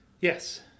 Yes